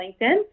LinkedIn